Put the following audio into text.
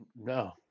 No